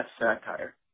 satire